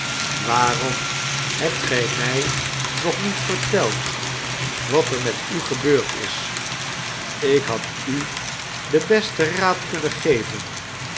waarom hebt gij mij nog niet verteld wat er met u gebeurd is ik had u den besten raad kunnen geven